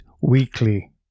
weekly